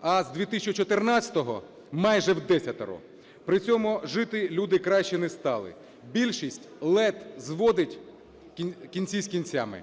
а з 2014 року майже вдесятеро. При цьому жити люди краще не стали, більшість ледь зводить кінці з кінцями.